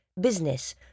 business